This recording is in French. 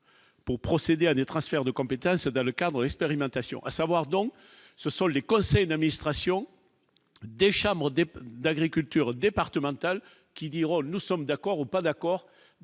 pour procéder à des transferts de compétences dans le cadre d'expérimentation, à savoir, ce sont les conseils d'un ministre Sion des chameaux, des d'agriculture départementale qui diront : nous sommes d'accord ou pas d'accord